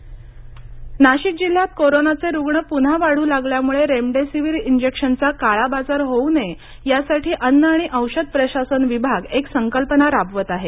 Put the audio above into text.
remdesivir किंमत नाशिक जिल्ह्यात कोरोनाचे रूग्ण पुन्हा वाढू लागल्यामुळे रेमडेसिवीर इंजेक्शनचा काळा बाजार होऊ नये यासाठी अन्न आणि औषध प्रशासन विभाग एक संकल्पना राबवत आहे